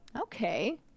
Okay